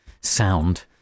sound